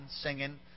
singing